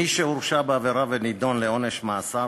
מי שהורשע בעבירה ונידון לעונש מאסר,